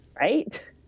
Right